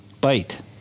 bite